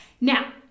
Now